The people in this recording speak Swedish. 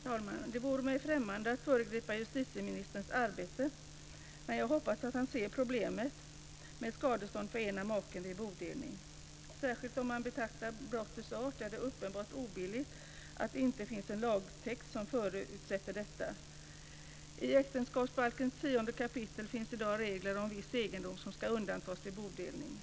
Fru talman! Det vore mig främmande att föregripa justitieministerns arbete. Men jag hoppas att han ser problemet med skadestånd för ena maken vid bodelning. Särskilt om man betraktar brottets art är det uppenbart obilligt att det inte finns en lagtext som förutsätter detta. I äktenskapsbalken 10 kap. finns i dag regler om viss egendom som ska undantas för bodelning.